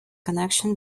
connection